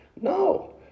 No